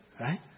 Right